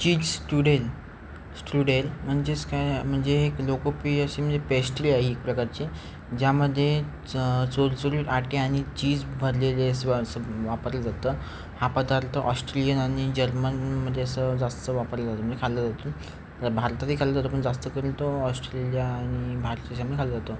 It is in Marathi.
चीज स्टूडेल स्टूडेल म्हणजेच काय म्हणजे लोकप्रिय अशी म्हणजे पेस्ट्री आहे एक प्रकारचे ज्यामध्ये च चोल चोली आटे आणि चीज भरलेले असं वा स वापरलं जातं हा पदार्थ ऑस्ट्रेलियन आणि जर्मनमध्ये असं जास्त वापरलं जातं म्हणजे खाल्ला जातो भारतातही खाल्ला जातो पण जास्तकरून तो ऑस्ट्रेलिया आणि भारताच्यांनी खाल्ला जातो